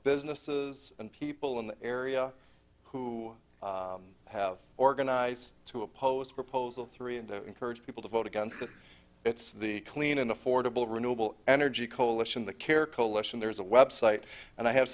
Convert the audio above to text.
businesses and people in the area who have organized to oppose a proposal three and encourage people to vote against that it's the clean and affordable renewable energy coalition that care coalition there's a website and i have